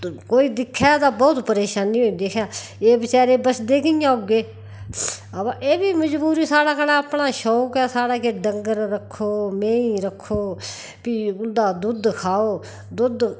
कोई दिक्खै ते बहुत परेशानी होंदी एह् बचैरे बसदे कि'यां होगे अवा एह् बी मजबूर सारें दा अपना शौंक ऐ सारे दा डंगर रक्खो नेईं रक्खो भी उं'दा दुद्ध खाओ दुद्ध